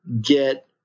get